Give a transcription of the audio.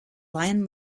lion